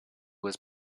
was